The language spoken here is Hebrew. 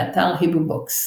באתר היברובוקס